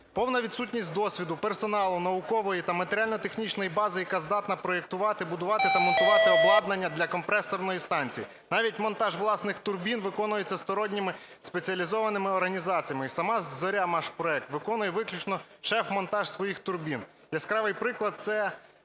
Повна відсутність досвіду персоналу, наукової та матеріально-технічної бази, яка здатна проектувати, будувати та монтувати обладнання для компресорної станції. Навіть монтаж власних турбін виконується сторонніми спеціалізованими організаціями, і сама "Зоря" – "Машпроект" виконує виключно шеф-монтаж своїх турбін. Яскравий приклад – це